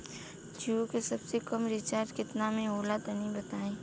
जीओ के सबसे कम रिचार्ज केतना के होला तनि बताई?